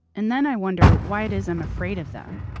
and then i wonder why it is i'm afraid of them,